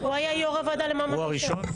הוא היה יו"ר הוועדה למעמד האישה.